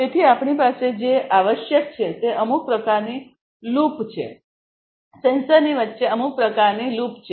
તેથી આપણી પાસે જે આવશ્યક છે તે અમુક પ્રકારની લૂપ છે સેન્સરની વચ્ચે અમુક પ્રકારની લૂપ છે